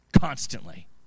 constantly